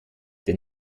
der